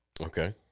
Okay